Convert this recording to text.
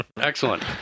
Excellent